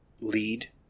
Lead